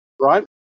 right